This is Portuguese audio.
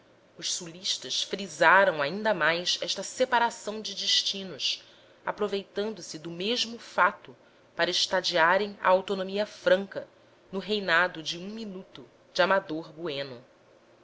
os sulistas frisaram ainda mais esta separação de destinos aproveitando-se do mesmo fato para estadearem a autonomia franca no reinado de um minuto de amador bueno